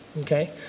Okay